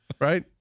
right